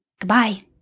Goodbye